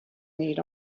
need